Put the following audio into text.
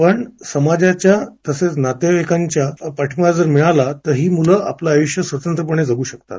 पण समाजाचा तसंच नातेवाईकांचा पाठिंबा जर मिळाला तर ही मुलं आपलं आयुष्य स्वतंत्रपणे जगू शकतात